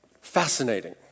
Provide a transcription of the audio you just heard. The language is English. Fascinating